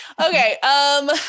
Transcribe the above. okay